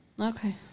Okay